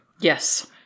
Yes